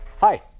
Hi